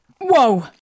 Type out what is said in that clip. Whoa